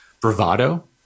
bravado